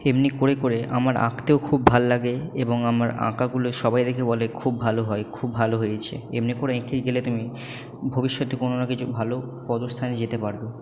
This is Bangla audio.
এমনি করে করে আমার আঁকতেও খুব ভাল লাগে এবং আমার আঁকাগুলো সবাই দেখে বলে খুব ভালো হয় খুব ভালো হয়েছে এমনি করে এঁকে গেলে তুমি ভবিষ্যতে কোনো না কিছু ভালো পদস্থানে যেতে পারবো